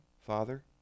father